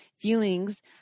feelings